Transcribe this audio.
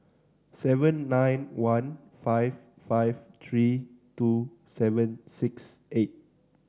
seven nine one five five three two seven six eight